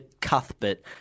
Cuthbert